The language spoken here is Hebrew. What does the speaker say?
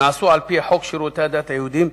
נעשו על-פי חוק שירותי הדת היהודיים,